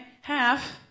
half